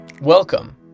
Welcome